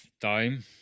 time